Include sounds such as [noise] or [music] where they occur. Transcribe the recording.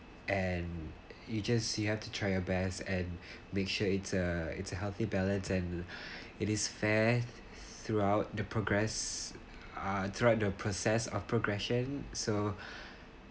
and you just you have to try your best and make sure it's a it's a healthy balance and [breath] it is fair throughout the progress ah throughout the process of progression so [breath]